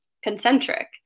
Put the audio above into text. concentric